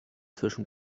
zwischen